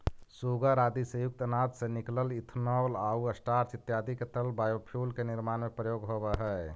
सूगर आदि से युक्त अनाज से निकलल इथेनॉल आउ स्टार्च इत्यादि के तरल बायोफ्यूल के निर्माण में प्रयोग होवऽ हई